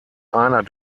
einer